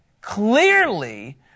Clearly